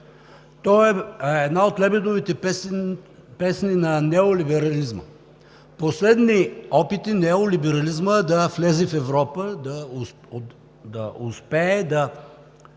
То е една от лебедовите песни на неолиберализма, последни опити неолиберализмът да влезе в Европа, да успее да